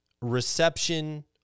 reception